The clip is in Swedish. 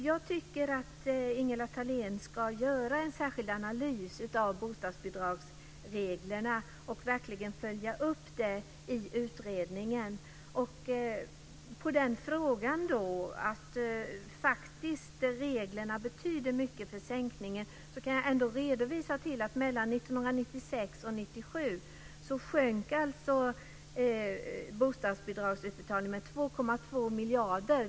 Jag tycker att Ingela Thalén ska göra en särskild analys av bostadsbidragsreglerna och verkligen ska följa upp den i utredningen. På frågan om att reglerna faktiskt betyder mycket för sänkningen kan jag hänvisa till att mellan 1996 och 1997 sjönk bostadsbidragsutbetalningarna med 2,2 miljarder.